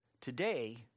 Today